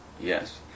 yes